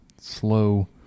slow